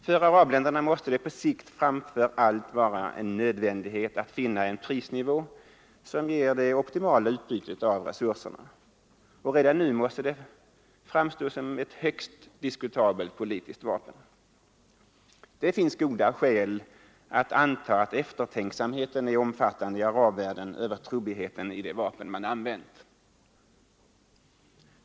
För arabländerna måste det på sikt framför allt vara en nödvändighet att finna en prisnivå som ger det optimala utbytet av resurserna, och redan nu måste embargot framstå som ett högst diskutabelt politiskt vapen. Det finns goda skäl att anta att eftertänksamheten är om fattande i arabvärlden över trubbigheten i det vapen man använt.